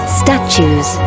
statues